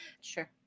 Sure